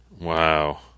Wow